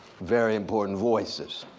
very important voices,